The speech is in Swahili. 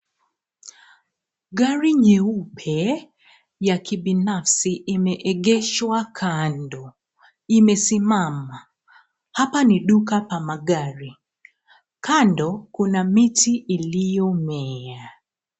Gari nyeupe ya kibinafsi imeegeshwa kando, imesimama. Hapa ni duka pa magari, kando kuna miti iliyomea.